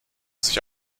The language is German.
sich